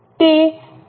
5 છે